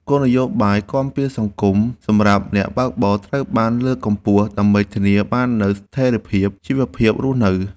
គោលនយោបាយគាំពារសង្គមសម្រាប់អ្នកបើកបរត្រូវបានលើកកម្ពស់ ដើម្បីធានាបាននូវស្ថិរភាពជីវភាពរស់នៅ។